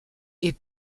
est